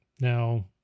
now